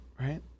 right